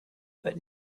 but